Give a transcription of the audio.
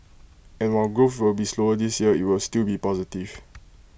and while growth will be slower this year IT will still be positive